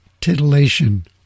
titillation